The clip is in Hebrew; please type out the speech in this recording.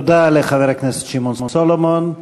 תודה לחבר הכנסת שמעון סולומון.